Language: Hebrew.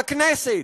לכנסת,